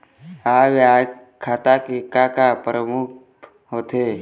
आय व्यय खाता के का का प्रारूप होथे?